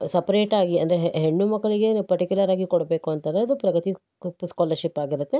ಸಪ್ರೇಟಾಗಿ ಅಂದರೆ ಹೆಣ್ಣು ಮಕ್ಕಳಿಗೆ ಪರ್ಟಿಕ್ಯುಲರ್ ಆಗಿ ಕೊಡಬೇಕು ಅಂತಂದರೆ ಅದು ಪ್ರಗತಿ ಸ್ಕಾಲರ್ಶಿಪ್ ಆಗಿರುತ್ತೆ